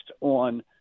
on